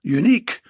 unique